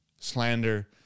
slander